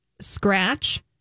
scratch